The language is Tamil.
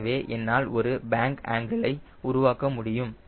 எனவே என்னால் ஒரு பேங்க் ஆங்கிலை உருவாக்க முடியும்